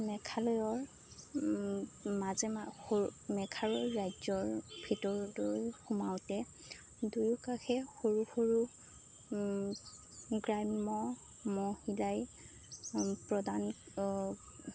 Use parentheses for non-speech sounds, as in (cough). মেঘালয়ৰ মাজে (unintelligible) মেঘালয় ৰাজ্যৰ ভিতৰলৈ সোমাওঁতে দুয়োকাষে সৰু সৰু গ্ৰাম্য মহিলাই প্ৰদান